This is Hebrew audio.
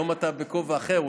היום אתה בכובע אחר,